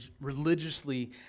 religiously